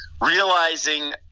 realizing